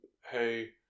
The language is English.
Hey